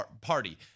Party